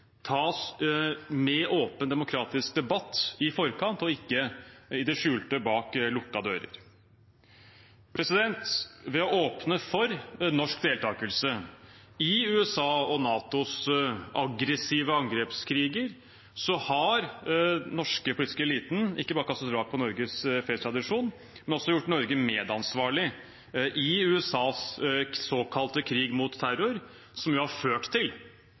tas med åpen demokratisk debatt i forkant og ikke i det skjulte bak lukkede dører. Ved å åpne for norsk deltakelse i USAs og NATOs aggressive angrepskriger har den norske politiske eliten ikke bare kastet vrak på Norges fredstradisjon, men også gjort Norge medansvarlig i USAs såkalte krig mot terror, som jo har ført til